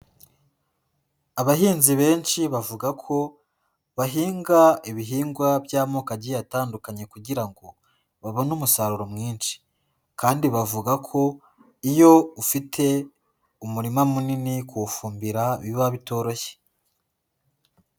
Abahinzi benshi bavuga ko bahinga ibihingwa by'amoko agiye atandukanye kugira ngo babone umusaruro mwinshi kandi bavuga ko iyo ufite umurima munini kuwufumbira biba bitoroshye.